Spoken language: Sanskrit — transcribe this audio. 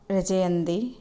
रचयन्ति